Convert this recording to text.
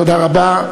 תודה רבה.